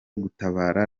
gutabara